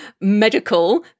medical